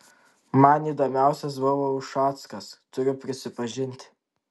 man įdomiausias buvo ušackas turiu prisipažinti